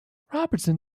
robertson